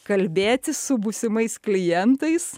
kalbėtis su būsimais klientais